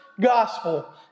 gospel